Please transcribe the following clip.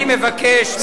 אני מבקש ממליאת הכנסת,